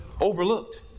overlooked